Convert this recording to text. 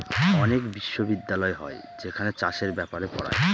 অনেক বিশ্ববিদ্যালয় হয় যেখানে চাষের ব্যাপারে পড়ায়